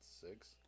six